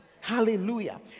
Hallelujah